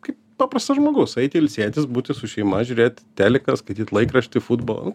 kaip paprastas žmogus eiti ilsėtis būti su šeima žiūrėti teliką skaityt laikraštį futbolą